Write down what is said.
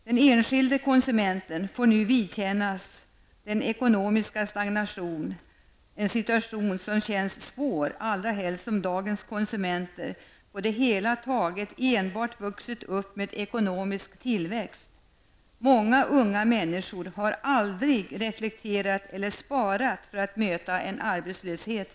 Den enskilde konsumenten får nu vidkännas den ekonomiska stagnationen, en situation som känns svår, allra helst som dagens konsumenter på det hela taget enbart vuxit upp med ekonomisk tillväxt. Många unga människor har aldrig reflekterat över eller sparat för exempelvis en arbetslöshet.